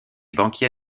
banquier